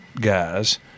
Guys